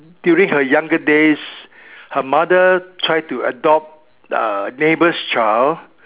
during her younger days her mother try to adopt uh neighbour's child